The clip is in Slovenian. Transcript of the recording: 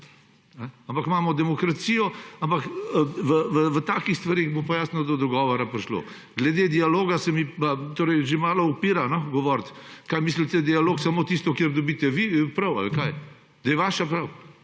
Ampak imamo demokracijo, v takih stvareh bo pa jasno do dogovora prišlo. Glede dialoga se mi pa že malo upira govoriti. Kaj mislite, da je dialog samo tisto, kjer dobite vi prav? Da je vaša stvar